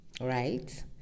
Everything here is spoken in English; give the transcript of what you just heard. Right